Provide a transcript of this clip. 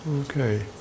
Okay